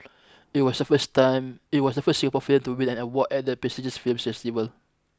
it was the first time it was the first Singapore film to win an award at the prestigious film festival